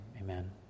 amen